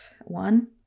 One